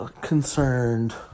concerned